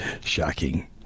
Shocking